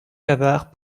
cavard